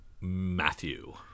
Matthew